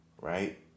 right